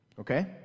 Okay